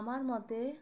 আমার মতে